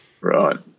Right